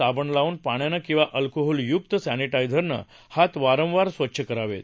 साबण लावून पाण्यानं किंवा अल्कोहोलयुक्त सॅनिटाइझरनं हात वारंवार स्वच्छ करावेत